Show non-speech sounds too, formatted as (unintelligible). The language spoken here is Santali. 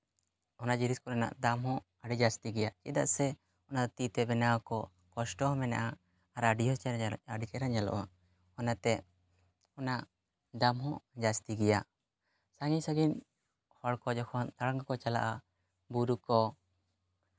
ᱚᱱᱟ ᱡᱤᱱᱤᱥ ᱠᱚᱨᱮᱱᱟᱜ ᱫᱟᱢ ᱦᱚᱸ ᱟᱹᱰᱤ ᱡᱟᱹᱥᱛᱤ ᱜᱮᱭᱟ ᱪᱮᱫᱟᱜ ᱥᱮ ᱚᱱᱟ ᱛᱤ ᱛᱮ ᱵᱮᱱᱟᱣ ᱠᱚ ᱠᱚᱥᱴᱚ ᱦᱚᱸ ᱢᱮᱱᱟᱜᱼᱟ ᱟᱨ ᱟᱹᱰᱤ (unintelligible) ᱟᱹᱰᱤ ᱪᱮᱦᱨᱟ ᱧᱮᱞᱚᱜᱼᱟ ᱚᱱᱟᱛᱮ ᱚᱱᱟ ᱫᱟᱢ ᱦᱚᱸ ᱡᱟᱹᱥᱛᱤ ᱜᱮᱭᱟ ᱥᱟᱺᱜᱤᱧ ᱥᱟᱺᱜᱤᱧ ᱦᱚᱲ ᱠᱚ ᱡᱚᱠᱷᱚᱱ ᱫᱟᱬᱟᱱ ᱠᱚ ᱪᱟᱞᱟᱜᱼᱟ ᱵᱩᱨᱩ ᱠᱚ